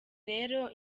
rero